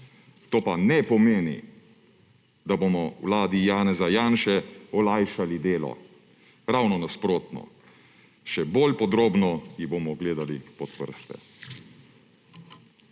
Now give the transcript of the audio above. To pa ne pomeni, da bomo vladi Janeza Janše olajšali delo. Ravno nasprotno! Še bolj podrobno ji bomo gledali pod prste.